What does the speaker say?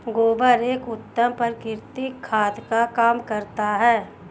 गोबर एक उत्तम प्राकृतिक खाद का काम करता है